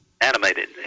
Animated